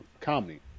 comedy